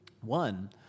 One